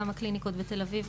גם הקליניקות בתל אביב,